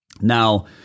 Now